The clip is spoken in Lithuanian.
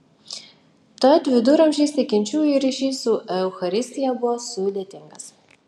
tad viduramžiais tikinčiųjų ryšys su eucharistija buvo sudėtingas